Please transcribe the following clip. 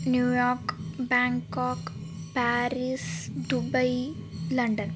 New York Bangkok Paris Dubai London